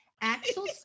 axel